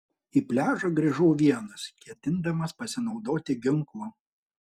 į pliažą grįžau vienas ketindamas pasinaudoti ginklu